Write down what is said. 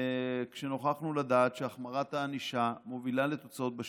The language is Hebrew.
כשנוכחנו לדעת שהחמרת הענישה מובילה לתוצאות בשטח,